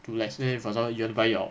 to let's say for example you want to buy your